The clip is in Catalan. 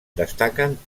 destaquen